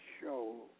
show